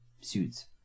suits